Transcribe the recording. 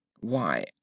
Why